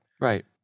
Right